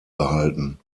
behalten